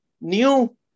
New